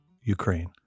Ukraine